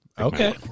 Okay